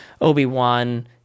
Obi-Wan